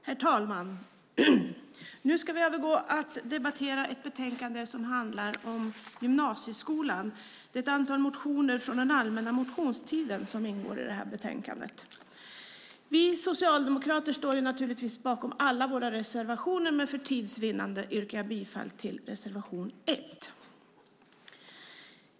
Herr talman! Nu ska vi övergå till att debattera ett betänkande som handlar om gymnasieskolan. Det är ett antal motioner från den allmänna motionstiden som ingår i detta betänkande. Vi socialdemokrater står bakom alla våra reservationer, men för tids vinnande yrkar jag bifall till reservation 1.